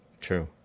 True